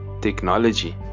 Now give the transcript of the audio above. technology